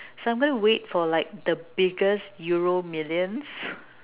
so I'm going to wait for like the biggest euro millions